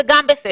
זה גם בסדר,